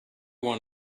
one